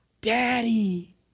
Daddy